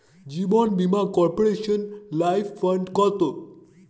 জীবন বীমা কর্পোরেশনের life fund কত?